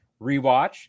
rewatch